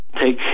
take